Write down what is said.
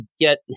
get